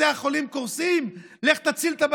בתי חולים קורסים.